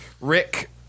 Rick